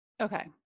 Okay